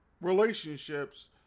relationships